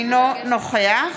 אינו נוכח